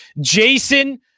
Jason